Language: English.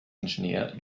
engineer